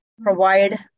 provide